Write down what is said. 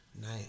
Nice